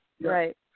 right